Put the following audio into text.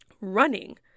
running